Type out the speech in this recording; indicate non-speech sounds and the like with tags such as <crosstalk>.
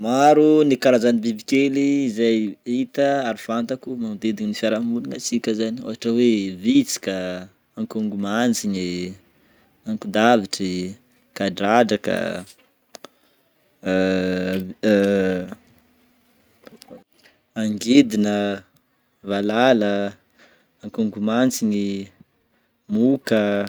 Maro ny karazany biby kely izay hita ary fantako magnodidiny ny fiarahamogninantsika zany ôhatra hoe vitsika, akongo mantsigny, akondavitry, kadradraka, <hesitation> <noise> angidina, valala, akongo mantsigny, moka.